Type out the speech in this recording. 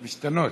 משתנות.